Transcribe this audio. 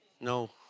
No